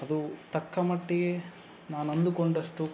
ಅದು ತಕ್ಕ ಮಟ್ಟಿಗೆ ನಾನೆಂದುಕೊಂಡಷ್ಟು